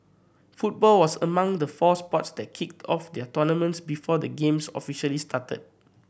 football was among the four sports that kicked off their tournaments before the Games officially started